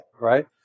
right